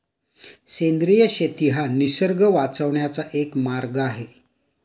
सेंद्रिय शेती हा निसर्ग वाचवण्याचा एक मार्ग आहे